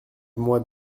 mois